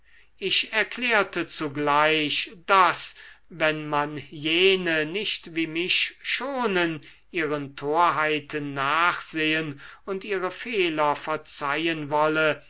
ich erklärte zugleich daß wenn man jene nicht wie mich schonen ihren torheiten nachsehen und ihre fehler verzeihen wolle